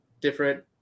different